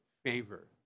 Favor